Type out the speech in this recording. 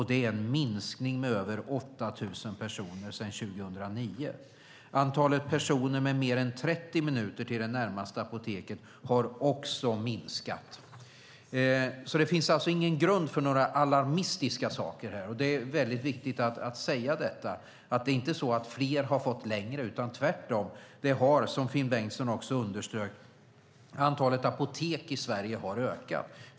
Det är en minskning med över 8 000 personer sedan 2009. Antalet personer med mer än 30 minuter till det närmaste apoteket har också minskat. Det finns alltså ingen grund för alarmism här. Det är väldigt viktigt att säga att det inte är fler som har fått längre till ett apotek. Tvärtom har, vilket Finn Bengtsson också underströk, antalet apotek i Sverige ökat.